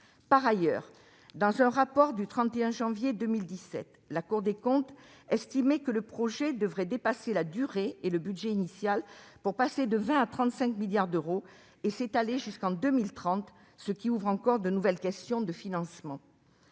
Par ailleurs, dans un rapport du 31 janvier 2017, la Cour des comptes a estimé que le projet devrait dépasser la durée et le budget initiaux, pour passer de 20 milliards à 35 milliards d'euros et s'étaler jusqu'en 2030, ce qui soulève de nouvelles questions de financement.